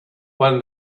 when